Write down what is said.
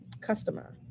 customer